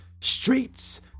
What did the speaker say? streets